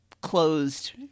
closed